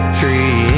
tree